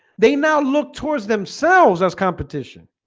they now look towards themselves as competition